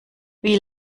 wie